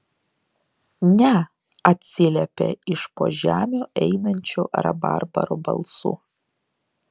ne atsiliepė iš po žemių einančiu rabarbaro balsu